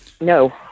No